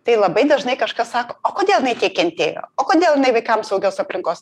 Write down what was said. tai labai dažnai kažkas sako o kodėl jinai tiek kentėjo o kodėl jinai vaikams saugios aplinkos